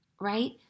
Right